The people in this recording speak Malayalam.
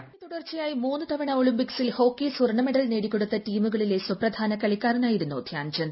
ഇന്ത്യയ്ക്ക് തുടർച്ചയായി മൂന്ന് തവണ ഒളിമ്പിക്സിൽ ഹോക്കി സ്വർണ്ണമെഡൽ നേടിക്കൊടുത്ത ടീമുകളിലെ സുപ്രധാന കളിക്കാരനായിരുന്നു ധ്യാൻ ചന്ദ്